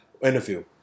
Interview